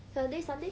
saturday sunday